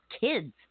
kids